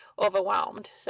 overwhelmed